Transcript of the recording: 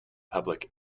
public